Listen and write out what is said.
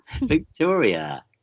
Victoria